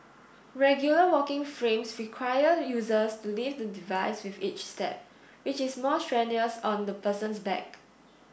regular walking frames require users to lift the device with each step which is more strenuous on the person's back